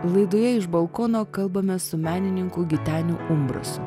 laidoje iš balkono kalbamės su menininku giteniu umbrasu